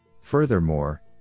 furthermore